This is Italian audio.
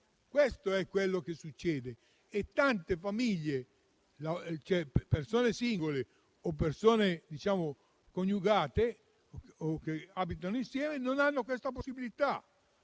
Questo è quello che succede. Tante famiglie (cioè persone singole e persone coniugate o che abitano insieme) non hanno questa possibilità.